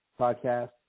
podcast